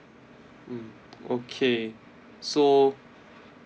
mm okay so